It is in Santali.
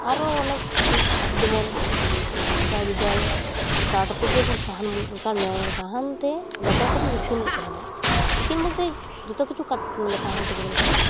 ᱟᱨᱚ ᱚᱱᱮᱠ ᱠᱤᱪᱷᱩ ᱡᱮᱢᱚᱱ ᱥᱮᱫᱟᱭ ᱵᱤᱫᱟᱹᱞ ᱠᱟᱴᱛᱮᱜᱮ ᱵᱚᱱ ᱥᱟᱦᱟᱱ ᱥᱟᱦᱟᱱᱛᱮ ᱫᱟᱠᱟ ᱠᱚᱵᱚᱱ ᱤᱥᱤᱱᱮᱫ ᱛᱮᱦᱮᱱᱟ ᱤᱥᱤᱱ ᱵᱚᱞᱛᱮ ᱡᱚᱛᱚ ᱠᱤᱪᱷᱩ ᱠᱟᱴ ᱢᱟᱱᱮ ᱥᱟᱦᱟᱱ ᱛᱮᱜᱮ ᱵᱚᱱ ᱤᱥᱤᱱᱮᱫ ᱛᱮᱦᱮᱱᱟ